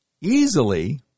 easily